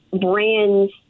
brands